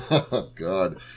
God